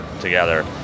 together